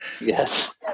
Yes